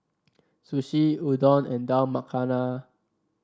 Sushi Udon and Dal Makhani